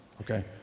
okay